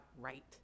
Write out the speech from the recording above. right